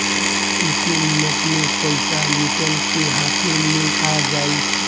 एक्के मिनट मे पईसा निकल के हाथे मे आ जाई